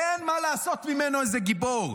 אין מה לעשות ממנו איזה גיבור.